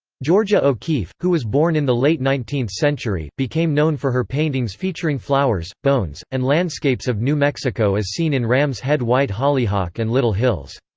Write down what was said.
georgia o'keeffe, who was born in the late nineteenth century, became known for her paintings featuring flowers, bones, and landscapes of new mexico as seen in ram's head white hollyhock and little hills.